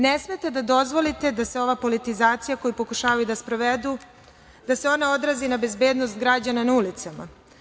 Ne smete da dozvolite da se ova politizacija, koju pokušavaju da sprovedu, odrazi na bezbednost građana na ulicama.